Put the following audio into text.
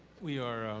we are